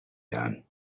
done